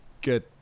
Good